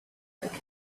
first